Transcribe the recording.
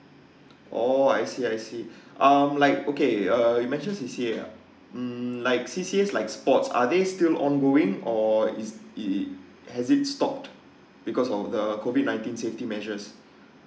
oh I see I see um like okay uh you mentioned C_C_A mm like C_C_A like sports are they still ongoing or is it it has it stop because of the COVID nineteen safety measures